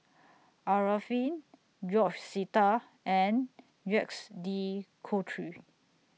Arifin George Sita and Jacques De Coutre